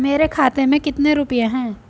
मेरे खाते में कितने रुपये हैं?